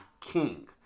king